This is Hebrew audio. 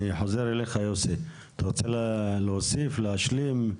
אני חוזר אליך, יוסי, אתה רוצה להוסיף או להשלים?